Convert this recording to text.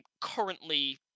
currently